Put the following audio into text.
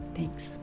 Thanks